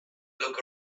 look